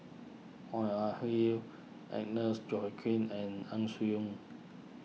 Oog Ah Hoi Agnes Joaquim and Ang Swee Aun